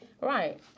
Right